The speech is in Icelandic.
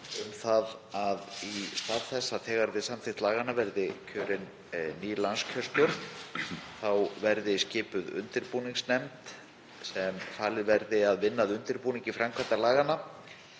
fyrir, að í stað þess að þegar við samþykkt laganna verði kjörin ný landskjörstjórn þá verði skipuð undirbúningsnefnd sem falið verði að vinna að undirbúningi framkvæmdar laganna.